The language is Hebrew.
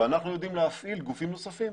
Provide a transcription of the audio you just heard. אתם מכירים את הסוגיה הזאת?